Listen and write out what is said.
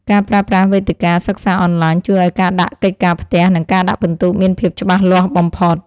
ការប្រើប្រាស់វេទិកាសិក្សាអនឡាញជួយឱ្យការដាក់កិច្ចការផ្ទះ និងការដាក់ពិន្ទុមានភាពច្បាស់លាស់បំផុត។